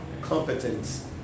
competence